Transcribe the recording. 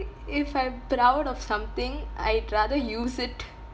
if I'm proud of something I'd rather use it